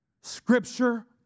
Scripture